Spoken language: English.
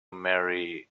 mary